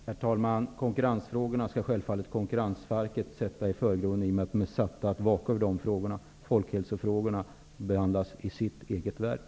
Herr talman! Konkurrensfrågorna skall självfallet Konkurrensverket sätta i förgrunden i och med att man är satt att vaka över de frågorna. Folkhälsofrågorna behandlas i sitt eget verk.